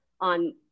on